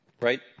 right